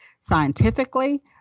scientifically